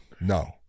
No